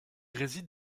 réside